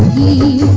e